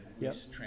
Yes